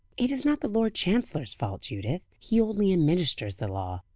it is not the lord chancellor's fault, judith. he only administers the law.